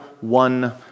one